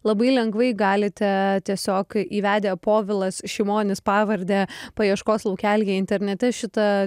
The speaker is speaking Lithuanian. labai lengvai galite tiesiog įvedę povilas šimonis pavardę paieškos laukelyje internete šitą